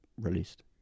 released